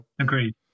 agreed